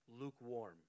lukewarm